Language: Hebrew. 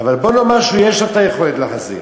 אבל בוא נאמר שיש לו את היכולת להחזיר.